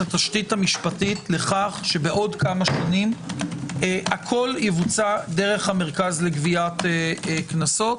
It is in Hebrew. התשתית המשפטית לכך שבעוד כמה שנים הכול יבוצע דרך המרכז לגביית קנסות.